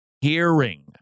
hearing